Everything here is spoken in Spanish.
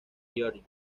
georgia